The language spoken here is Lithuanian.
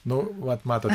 nu vat matot